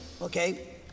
okay